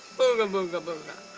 booga booga booga!